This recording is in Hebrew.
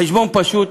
חשבון פשוט